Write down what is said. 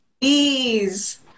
Please